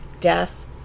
death